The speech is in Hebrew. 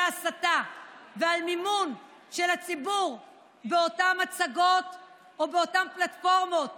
ההסתה ועל מימון של הציבור לאותן הצגות או באותן פלטפורמות